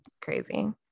crazy